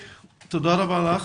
תודה רבה לך.